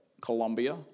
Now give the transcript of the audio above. Colombia